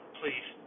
please